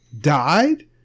died